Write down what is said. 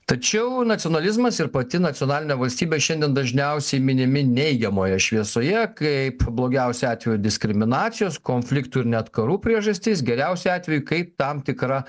tačiau nacionalizmas ir pati nacionalinė valstybė šiandien dažniausiai minimi neigiamoje šviesoje kaip blogiausiu atveju diskriminacijos konfliktų ir net karų priežastis geriausiu atveju kaip tam tikra